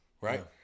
right